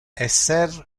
esser